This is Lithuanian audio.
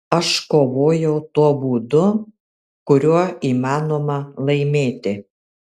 aš kovojau tuo būdu kuriuo įmanoma laimėti